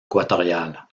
équatoriale